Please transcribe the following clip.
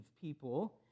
people